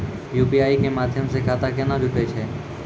UPI के माध्यम से खाता केना जुटैय छै?